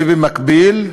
ובמקביל,